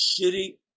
shitty